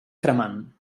cremant